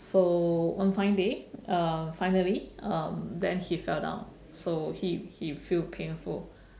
so one fine day uh finally um then he fell down so he he feel painful